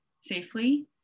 safely